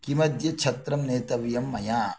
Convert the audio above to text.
किमद्य छत्रं नेतव्यम् मया